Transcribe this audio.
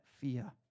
fear